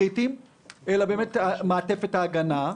אלא בגלל דאגתנו למעטפת הגנה.